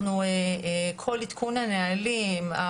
כל עדכון הנהלים,